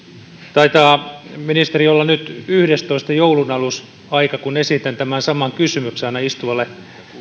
taitaa ministeri olla nyt yhdestoista joulunalusaika kun esitän tämän saman kysymyksen aina istuvalle